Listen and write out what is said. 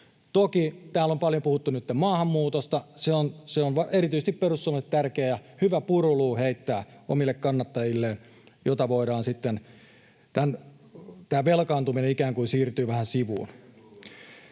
Toki täällä on paljon puhuttu nytten maahanmuutosta. Se on erityisesti perussuomalaisille tärkeä ja hyvä puruluu heittää omille kannattajilleen, jotta tämä velkaantuminen ikään kuin siirtyy vähän sivuun.